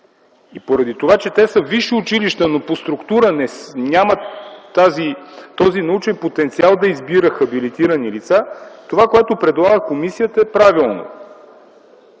И поради това, че те са висши училища, но по структура нямат този научен потенциал да избират хабилитирани лица, това, което предлага комисията, е правилно.